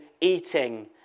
eating